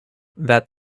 that